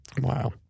Wow